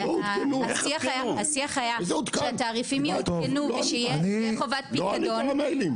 והשיח היה שהתעריפים יעודכנו ושתהיה חובת פיקדון.